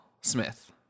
Smith